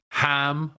ham